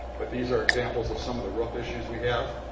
but these are examples of some of the roof issues we have.